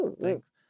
Thanks